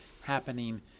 happening